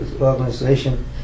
organization